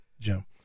Jim